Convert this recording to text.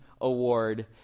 award